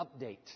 Update